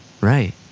Right